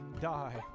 die